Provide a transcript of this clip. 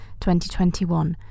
2021